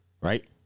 Right